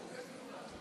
לשמוע,